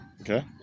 Okay